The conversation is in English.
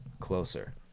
closer